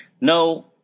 No